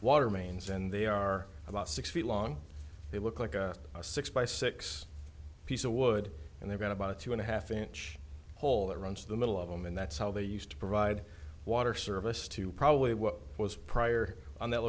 water mains and they are about six feet long they look like a six by six piece of wood and they've got about two and a half inch hole around to the middle of them and that's how they used to provide water service to probably what was prior on that